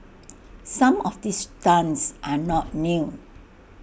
some of these stunts are not new